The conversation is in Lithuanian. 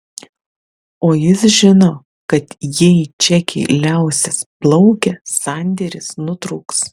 o jis žino kad jei čekiai liausis plaukę sandėris nutrūks